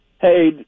Hey